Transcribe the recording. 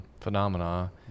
phenomena